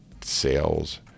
sales